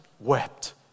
wept